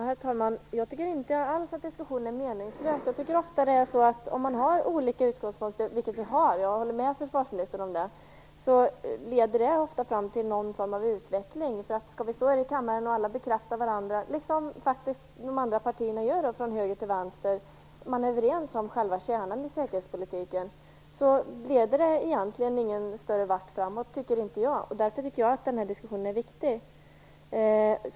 Herr talman! Jag tycker inte alls att diskussionen är meningslös. Jag håller med försvarsministern om att vi har olika utgångspunkter, men jag tycker ofta att det leder fram till någon form av utveckling. Om vi står här i kammaren och bara bekräftar varandra, som de andra partierna gör från höger till vänster - man är överens om själva kärnan i säkerhetspolitiken - leder det inte framåt. Därför tycker jag att den här diskussionen är viktig.